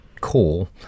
call